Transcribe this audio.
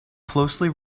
closely